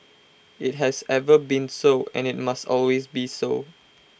IT has ever been so and IT must always be so